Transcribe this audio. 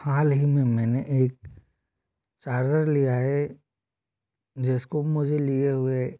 हाल ही में मैंने एक चार्जर लिया है जिसको मुझे लिए हुए